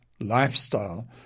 lifestyle